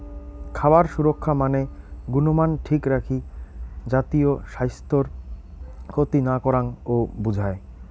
খাবার সুরক্ষা মানে গুণমান ঠিক রাখি জাতীয় স্বাইস্থ্যর ক্ষতি না করাং ও বুঝায়